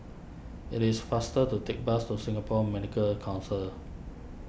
it is faster to take bus to Singapore Medical Council